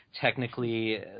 technically